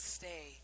stay